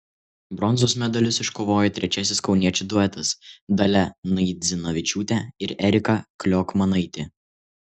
bronzos medalius iškovojo trečiasis kauniečių duetas dalia naidzinavičiūtė ir erika kliokmanaitė